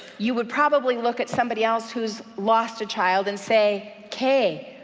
you would probably look at somebody else who's lost a child, and say kay,